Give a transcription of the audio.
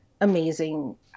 amazing